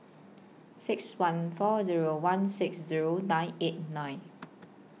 six one four Zero one six Zero nine eight nine